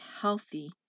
healthy